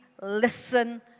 listen